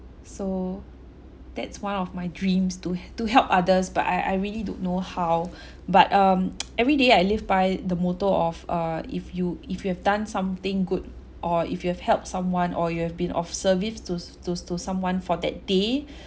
so that's one of my dreams to to help others but I I really don't know how but um everyday I live by the motto of uh if you if you have done something good or if you have helped someone or you have been of service to to to someone for that day